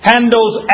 Handles